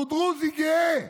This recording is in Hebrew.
הוא דרוזי גאה.